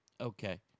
Okay